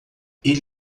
ele